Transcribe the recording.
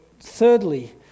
thirdly